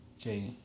Okay